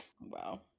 Wow